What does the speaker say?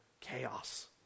chaos